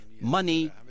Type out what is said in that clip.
Money